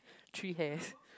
three hairs